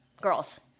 Girls